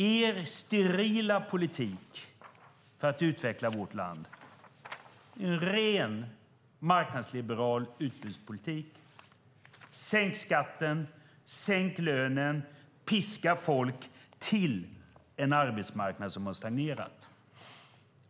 Er sterila politik för att utveckla vårt land är en ren marknadsliberal utbudspolitik. Sänk skatten, sänk lönen och piska människor till en arbetsmarknad som har stagnerat.